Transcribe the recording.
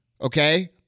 okay